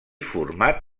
format